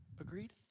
Agreed